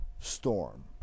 storm